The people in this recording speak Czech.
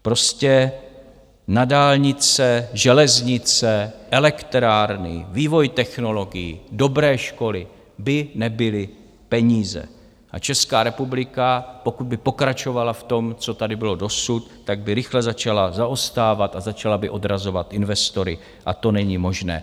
Prostě na dálnice, železnice, elektrárny, vývoj technologií, dobré školy, by nebyly peníze a Česká republika, pokud by pokračovala v tom, co tady bylo dosud, tak by rychle začala zaostávat a začala by odrazovat investory a to není možné.